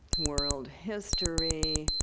world history,